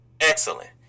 Excellent